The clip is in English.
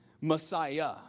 Messiah